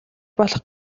болох